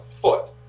foot